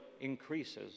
increases